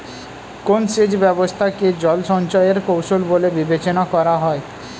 কোন সেচ ব্যবস্থা কে জল সঞ্চয় এর কৌশল বলে বিবেচনা করা হয়?